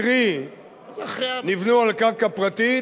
קרי נבנו על קרקע פרטית,